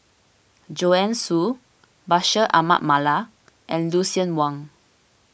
Joanne Soo Bashir Ahmad Mallal and Lucien Wang